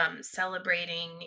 Celebrating